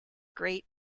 great